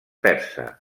persa